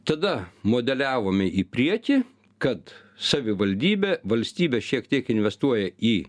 tada modeliavome į priekį kad savivaldybė valstybė šiek tiek investuoja į